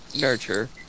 nurture